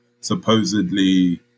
supposedly